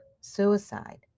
suicide